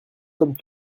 comme